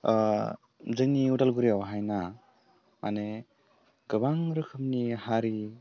जोंनि उदालगुरियावहायना माने गोबां रोखोमनि हारिफोर दों